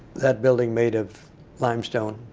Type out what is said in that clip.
that building made of limestone